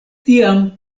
tiam